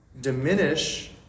diminish